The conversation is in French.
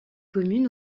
commune